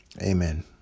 Amen